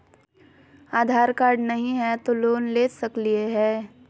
आधार card नही हय, तो लोन ले सकलिये है?